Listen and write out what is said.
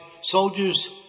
soldiers